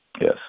Yes